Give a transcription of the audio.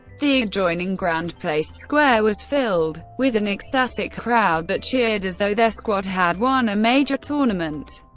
the adjoining grand place square was filled with an ecstatic crowd that cheered as though their squad had won a major tournament.